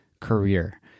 career